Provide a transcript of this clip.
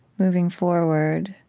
moving forward,